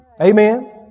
Amen